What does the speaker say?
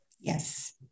Yes